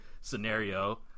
scenario